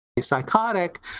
psychotic